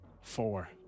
four